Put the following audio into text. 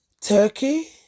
Turkey